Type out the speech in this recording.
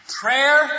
Prayer